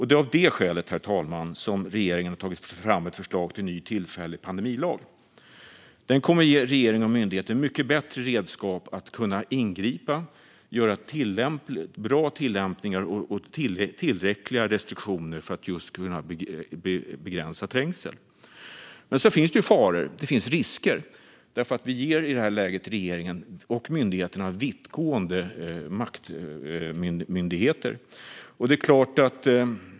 Det är av det skälet som regeringen har tagit fram ett förslag till ny, tillfällig pandemilag. Den kommer att ge regeringen och myndigheterna mycket bättre redskap att ingripa, göra bra tillämpningar och införa tillräckliga restriktioner för att just begränsa trängsel. Sedan finns det faror och risker. Vi ger i det här läget regeringen och myndigheterna vittgående maktbefogenheter.